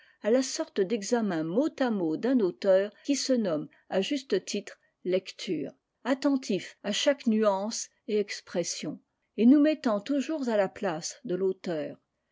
à la sorte d'examen mot à mot d'un auteur qui se nomme à juste titre lecture attentifs à chaque nuance et expression et nous mettant toujours à la place de l'auteur